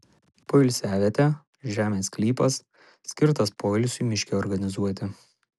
poilsiavietė žemės sklypas skirtas poilsiui miške organizuoti